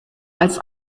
als